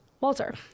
Walter